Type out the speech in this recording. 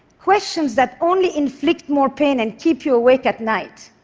questions that only inflict more pain, and keep you awake at night.